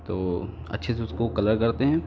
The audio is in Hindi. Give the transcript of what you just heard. तो अच्छे से उसको कलर करते हैं